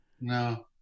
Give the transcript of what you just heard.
No